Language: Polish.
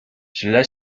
źle